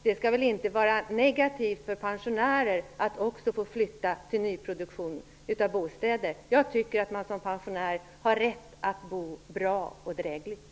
Det skall inte vara negativt för pensionärer att flytta till nyproducerade bostäder. Jag tycker att man som pensionär har rätt att bo bra och ha det drägligt.